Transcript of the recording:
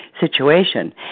situation